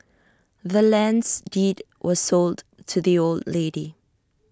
the land's deed was sold to the old lady